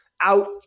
out